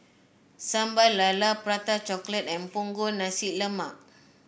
Sambal Lala Prata Chocolate and Punggol Nasi Lemak